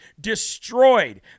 destroyed